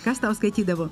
kas tau skaitydavo